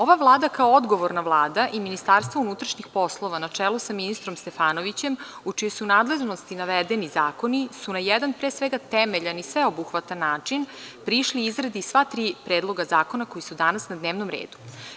Ova Vlada kao odgovorna Vlada i MUP na čelu sa ministrom Stefanovićem, u čijoj su nadležnosti navedeni zakoni, su na jedan pre svega temeljan i sveobuhvatan način prišli izradi sva tri predloga zakona koji su danas na dnevnom redu.